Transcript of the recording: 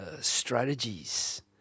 strategies